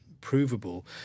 provable